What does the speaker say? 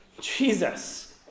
Jesus